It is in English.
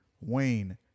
Wayne